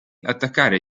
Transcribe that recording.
attaccare